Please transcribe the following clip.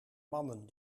mannen